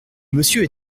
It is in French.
monsieur